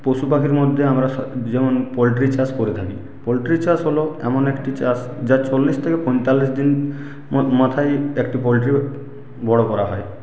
যেমন পশু পাখির মধ্যে আমরা যেমন পোলট্রি চাষ করে থাকি পোলট্রি চাষ হল এমন একটি চাষ যা চল্লিশ থেকে পয়তাল্লিশ দিন মাথায় একটি পোলট্রি বড় করা হয়